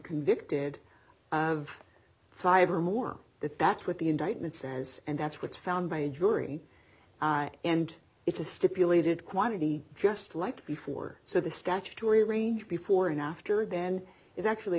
convicted of five or more that that's what the indictment says and that's what's found by a jury and it's a stipulated quantity just like before so the statutory range before and after then is actually